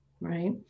right